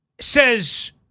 Says